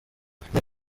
michael